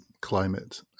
climate